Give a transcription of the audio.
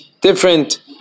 different